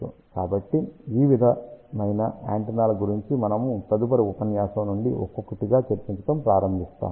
కాబట్టి ఈ వివిధ యాంటెన్నాల గురించి మనము తదుపరి ఉపన్యాసం నుండి ఒక్కొక్కటిగా చర్చించటం ప్రారంభిస్తాము